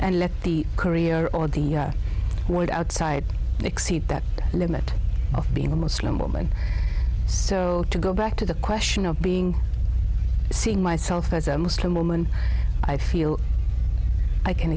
and let the career or the world outside exceed that limit of being a muslim woman so to go back to the question of being seen myself as a muslim woman i feel i can